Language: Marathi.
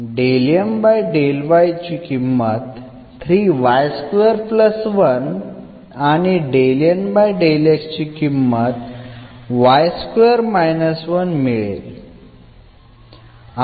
आता आपल्याला ची किंमत आणि ची किंमत मिळेल